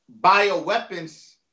bioweapons